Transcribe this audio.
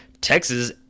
Texas